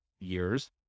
years